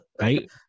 right